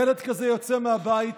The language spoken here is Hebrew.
ילד כזה יוצא מהבית